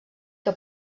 que